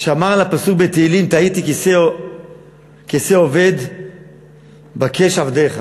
שאמר על הפסוק בתהילים: "תעיתי כשה אֹבד בַּקֵּש עבדך"